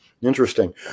interesting